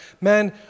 man